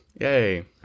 Yay